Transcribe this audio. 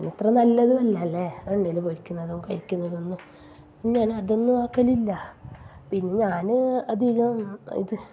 അത്ര നല്ലതും അല്ല അല്ലേ എണ്ണയിൽ പൊരിക്കുന്നതും കരിക്കുന്നതും ഒന്നും പിന്നെ ഞാന് അതൊന്നും ആക്കലില്ല പിന്നെ ഞാൻ അധികം ഇത്